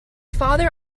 father